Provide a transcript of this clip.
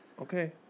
Okay